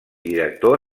director